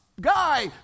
Guy